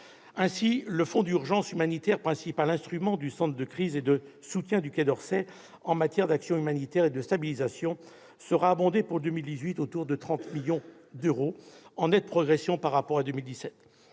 Ainsi, le fonds d'urgence humanitaire, principal instrument du centre de crise et de soutien du Quai d'Orsay en matière d'action humanitaire et de stabilisation, sera abondé, en 2018, autour de 30 millions d'euros, ce qui constitue une nette progression par rapport à 2017.